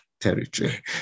territory